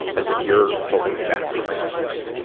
as if you're holding me back from reading this.